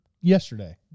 yesterday